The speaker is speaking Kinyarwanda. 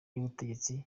y’ubutegetsi